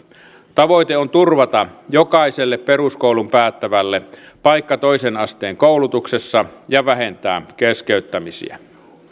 tavoite on turvata jokaiselle peruskoulun päättävälle paikka toisen asteen koulutuksessa ja vähentää keskeyttämisiä